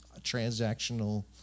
transactional